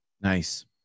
Nice